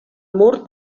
mur